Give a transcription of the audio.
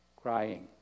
crying